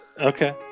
okay